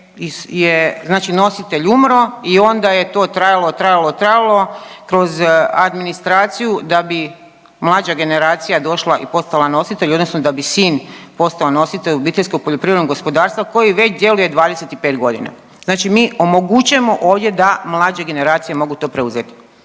znači nositelj umro i onda je to trajalo, trajalo, trajalo kroz administraciju da bi mlađa generacija došla i postala nositelj odnosno da bi sin postao nositelj OPG-a koji već djeluje već 25.g., znači mi omogućujemo ovdje da mlađe generacije mogu to preuzeti.